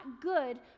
good